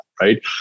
right